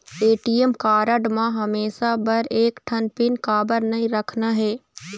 ATM card म हमेशा बर एक ठन पिन काबर नई रखना हे?